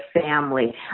family